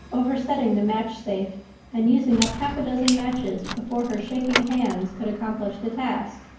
oversetting the match safe and using up half a dozen matches before her shaking hands could accomplish the task.